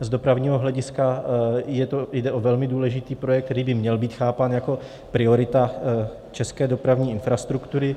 Z dopravního hlediska jde o velmi důležitý projekt, který by měl být chápán jako priorita české dopravní infrastruktury.